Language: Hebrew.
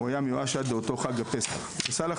הוא היה מיואש עד לאותו חג הפסח כי סאלח